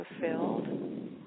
fulfilled